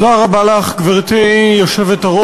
תודה רבה לך, גברתי היושבת-ראש,